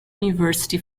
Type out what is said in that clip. university